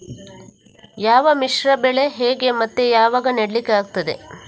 ಯಾವ ಮಿಶ್ರ ಬೆಳೆ ಹೇಗೆ ಮತ್ತೆ ಯಾವಾಗ ನೆಡ್ಲಿಕ್ಕೆ ಆಗ್ತದೆ?